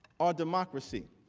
our democracy.